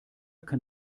kann